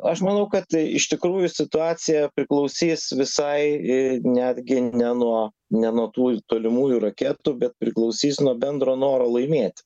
aš manau kad iš tikrųjų situacija priklausys visai netgi ne nuo ne nuo tų tolimųjų raketų bet priklausys nuo bendro noro laimėti